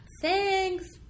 Thanks